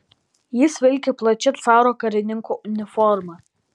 jis vilki plačia caro karininko uniforma